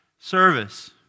service